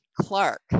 Clark